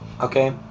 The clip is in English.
okay